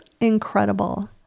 incredible